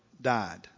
died